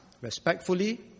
respectfully